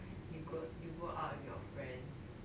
you got you go out with your friends